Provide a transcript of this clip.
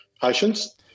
patients